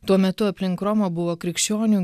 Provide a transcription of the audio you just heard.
tuo metu aplink romą buvo krikščionių